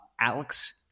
Alex